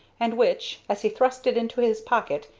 and which, as he thrust it into his pocket,